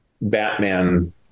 Batman